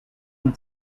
vous